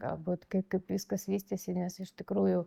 galbūt kaip kaip viskas vystėsi nes iš tikrųjų